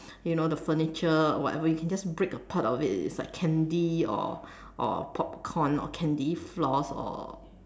you know the furniture whatever you can just break a part of it it's like candy or or popcorn or candy floss or